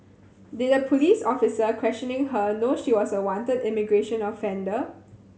did the police officer questioning her know she was a wanted immigration offender